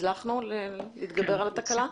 הצלחנו להתגבר על התקלה?